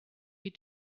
you